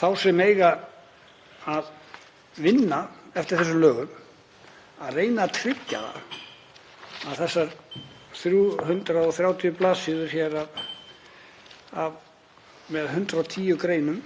þá sem eiga að vinna eftir þessum lögum að reyna að tryggja að þessar 130 bls. með 110 greinum